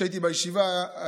כשהייתי בישיבה,